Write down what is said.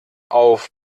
auf